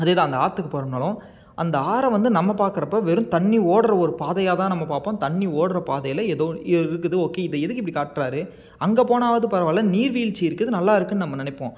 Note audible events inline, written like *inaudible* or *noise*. அதே தான் அந்த ஆற்றுக்கு போகிறோம்னாலும் அந்த ஆறை வந்து நம்ம பாக்கிறப்ப வெறும் தண்ணி ஓடுகிற ஒரு பாதையாக தான் நம்ம பார்ப்போம் தண்ணி ஓடுகிற பாதையில் எதோ *unintelligible* இருக்குது ஓகே இதை எதுக்கு இப்படி காட்டுறாரு அங்கே போனாலாவது பரவாயில்ல நீர்விழ்ச்சி இருக்குது நல்லாருக்கும்னு நம்ம நினைப்போம்